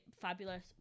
fabulous